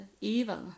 evil